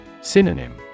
Synonym